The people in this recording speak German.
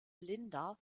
linda